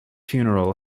funeral